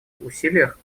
усилиях